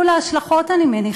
יהיו לה השלכות, אני מניחה,